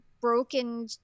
broken